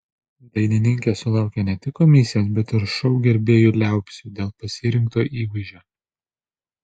dainininkė sulaukė ne tik komisijos bet ir šou gerbėjų liaupsių dėl pasirinkto įvaizdžio